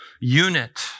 unit